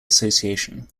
association